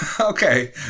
okay